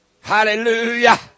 Hallelujah